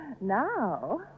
Now